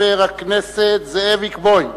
חבר הכנסת זאביק בוים.